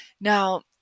Now